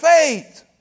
faith